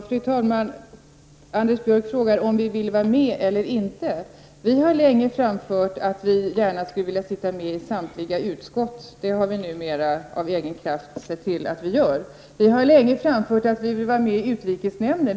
Fru talman! Anders Björck frågar om vpk vill vara med eller inte. Vi i vpk har länge framfört att vi vill sitta med i samtliga utskott. Det har vi numera med egen kraft sett till att vi gör. Vi har länge framfört att vi vill vara med i utrikesnämnden.